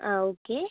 ആ ഓക്കെ